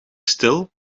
stil